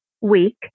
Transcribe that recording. week